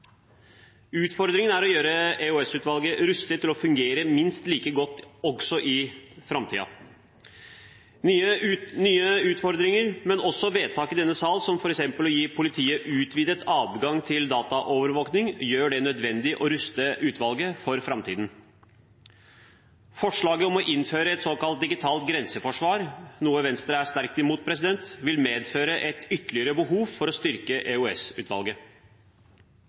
Utfordringen er å gjøre EOS-utvalget rustet til å fungere minst like godt også i framtiden. Nye utfordringer, men også vedtak i denne sal, som f.eks. å gi politiet utvidet adgang til dataovervåkning, gjør det nødvendig å ruste utvalget for framtiden. Forslaget om å innføre et såkalt digitalt grenseforsvar – noe Venstre er sterkt imot – vil medføre et ytterligere behov for å styrke